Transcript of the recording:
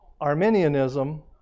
Arminianism